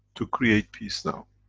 to create peace now.